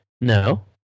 No